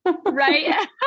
Right